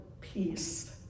Peace